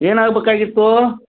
ಏನು ಆಗ್ಬೇಕಾಗಿತ್ತು